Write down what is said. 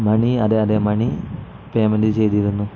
മണി അതെ അതെ money payment ചെയ്തിരുന്നു